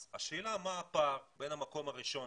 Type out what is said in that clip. אז השאלה מה הפער בין המקום הראשון,